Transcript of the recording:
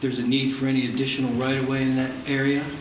there's a need for any additional right away in that area